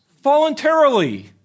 voluntarily